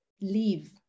Leave